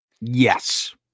Yes